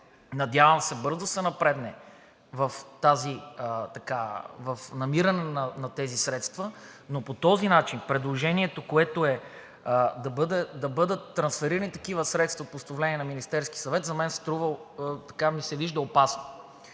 Надявам се бързо да се напредне в намиране на тези средства, но по този начин предложението, което е, да бъдат трансферирани такива средства с постановление на Министерския съвет, на мен ми се вижда опасно.